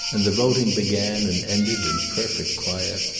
and the voting began and ended in perfect quiet.